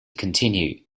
continue